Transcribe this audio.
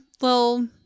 little